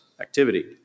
activity